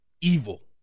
evil